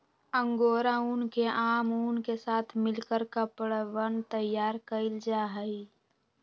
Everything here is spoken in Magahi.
अंगोरा ऊन के आम ऊन के साथ मिलकर कपड़वन तैयार कइल जाहई